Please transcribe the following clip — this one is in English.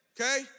okay